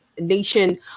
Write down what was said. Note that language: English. nation